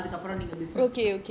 taste and then err